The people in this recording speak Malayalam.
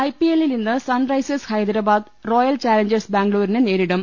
ഐപിഎല്ലിൽ ഇന്ന് Sunrisers Hyderabad Royal Challengers ബാംഗ്ലൂരിനെ നേരിടും